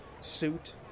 suit